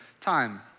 time